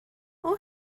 oes